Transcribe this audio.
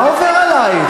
מה עובר עלייך?